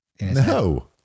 no